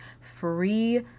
free